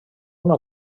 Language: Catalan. una